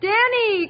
Danny